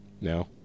No